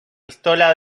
pistola